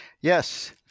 Yes